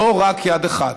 לא רק יד אחת,